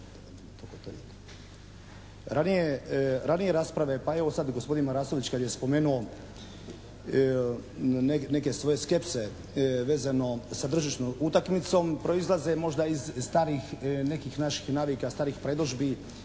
Ranije rasprave, pa evo sada gospodin Marasović kad je spomenuo neke svoje skepse vezano sa tržišnom utakmicom proizlaze možda iz starijih naših nekih navika, starih predodžbi